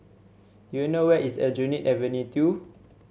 do you know where is Aljunied Avenue Two